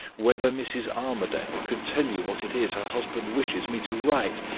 whether mrs. armadale could tell you what it is her husband wishes me to write,